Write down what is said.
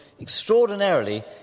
extraordinarily